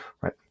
right